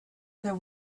there